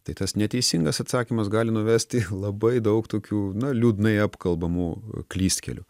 tai tas neteisingas atsakymas gali nuvesti labai daug tokių na liūdnai apkalbamų klystkelių